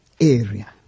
Area